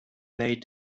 laid